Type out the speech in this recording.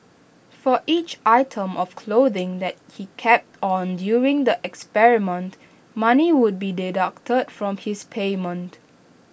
for each item of clothing that he kept on during the experiment money would be deducted from his payment